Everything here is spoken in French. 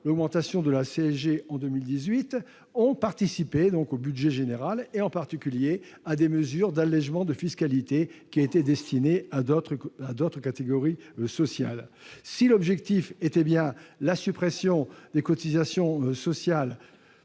l'augmentation qu'a connue la CSG en 2018, ont ainsi participé au budget général et, en particulier, à des mesures d'allégement de fiscalité qui étaient destinées à d'autres catégories sociales. Si l'objectif était bien la suppression des cotisations sociales